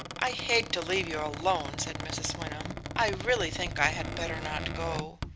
i hate to leave you alone, said mrs. wyndham. i really think i had better not go.